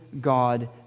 God